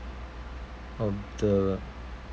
of the